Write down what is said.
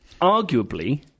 Arguably